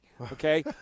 Okay